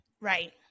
Right